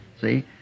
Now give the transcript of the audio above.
see